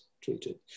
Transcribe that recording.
treated